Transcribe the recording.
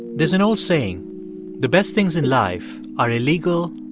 there's an old saying the best things in life are illegal,